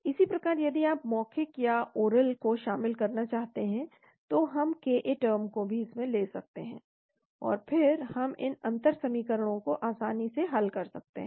इसी प्रकार यदि आप मौखिक या ओरल को शामिल करना चाहते हैं तो हम ka टर्म को भी इसमें ले सकते हैं और फिर हम इन अंतर समीकरणों को आसानी से हल कर सकते हैं